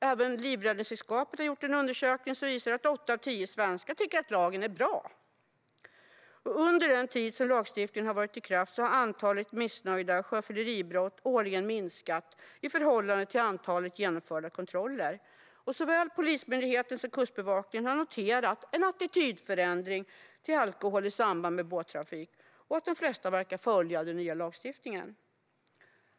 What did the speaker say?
Även Livräddningssällskapet har gjort en undersökning som visar att åtta av tio svenskar tycker att lagen är bra. Under den tid som lagstiftningen har varit i kraft har antalet misstänkta sjöfylleribrott årligen minskat i förhållande till antalet genomförda kontroller. Såväl Polismyndigheten som Kustbevakningen har noterat en attitydförändring till alkohol i samband med båttrafik och att de flesta verkar följa den nya lagstiftningen.